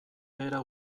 behera